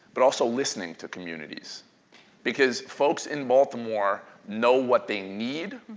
but also listening to communities because folks in baltimore know what they need.